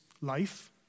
life